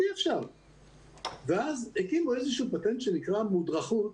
הקימו איזשהו פטנט שנקרא מודרכות,